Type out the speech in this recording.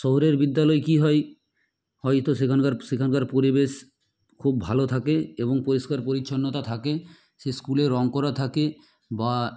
শহুরের বিদ্যালয় কী হয় হয়তো সেখানকার সেখানকার পরিবেশ খুব ভালো থাকে এবং পরিষ্কার পরিচ্ছন্নতা থাকে সে স্কুলে রঙ করা থাকে বা